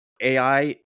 AI